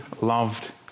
loved